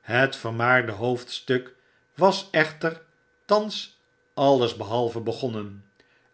het vermaarde hoofdstuk was echter thans alles behalve begonnen